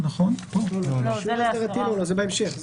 זה בהמשך.